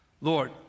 Lord